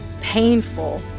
painful